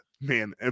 Man